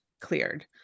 cleared